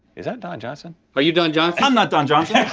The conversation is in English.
is that don johnson? are you don johnson. i'm not don johnson.